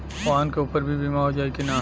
वाहन के ऊपर भी बीमा हो जाई की ना?